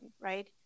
right